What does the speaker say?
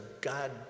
God